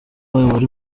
wari